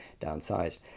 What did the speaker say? downsized